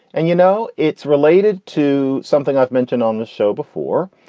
and you know, it's related to something i've mentioned on this show before.